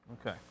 okay